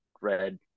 red